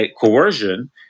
coercion